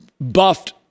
buffed